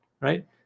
right